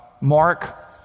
mark